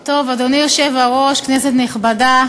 טוב, אדוני היושב-ראש, כנסת נכבדה,